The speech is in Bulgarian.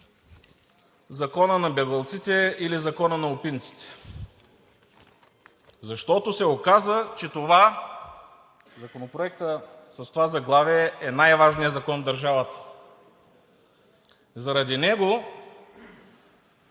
Закона на бегълците или закона на опинците. Защото се оказа, че Законопроектът с това заглавие е най-важният закон в държавата. Заради него